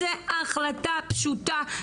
זו החלטה פשוטה,